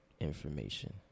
information